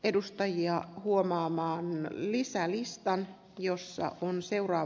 edustajia huomaamaan lisää listaan jossa on seura